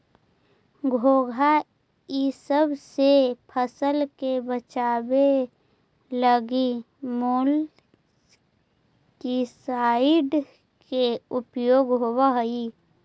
घोंघा इसब से फसल के बचावे लगी मोलस्कीसाइड के उपयोग होवऽ हई